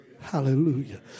Hallelujah